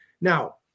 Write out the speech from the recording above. Now